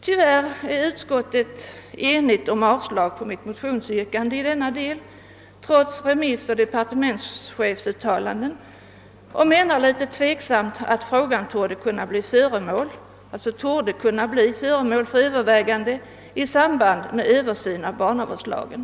Tyvärr är utskottets hemställan om avslag på mitt motionsyrkande enigt trots remissoch departementschefsuttalanden, och utskottet menar litet tveksamt att frågan torde kunna bli föremål för övervägande i samband med översyn av barnavårdslagen.